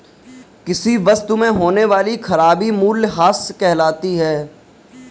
किसी वस्तु में होने वाली खराबी मूल्यह्रास कहलाती है